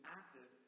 active